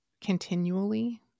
continually